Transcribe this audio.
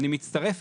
"אני מצטרף,